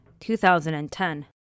2010